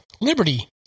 liberty